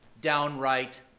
downright